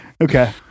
Okay